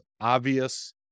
obvious